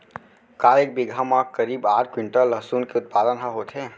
का एक बीघा म करीब आठ क्विंटल लहसुन के उत्पादन ह होथे?